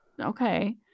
okay